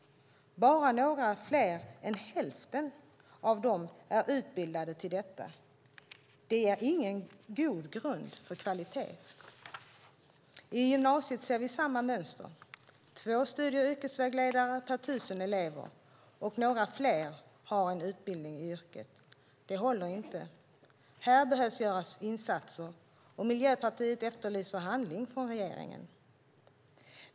Bara några fler än hälften av dem är utbildade till detta. Det ger ingen god grund för kvalitet. I gymnasiet ser vi samma mönster. Två studie och yrkesvägledare per tusen elever. Några fler har en utbildning i yrket. Det håller inte. Här behöver göras insatser. Miljöpartiet efterlyser handling från regeringens sida.